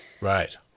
Right